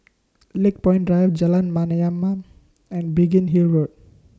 Lakepoint Drive Jalan Mayaanam and Biggin Hill Road